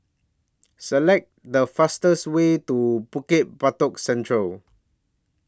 Select The fastest Way to Bukit Batok Central